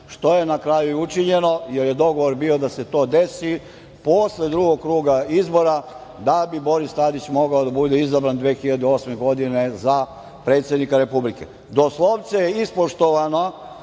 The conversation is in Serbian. što je na kraju i učinjeno, jer je dogovor bio da se to desi posle drugog kruga izbora da bi Boris Tadić mogao da bude izabran 2008. godine za predsednika Republike.